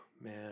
man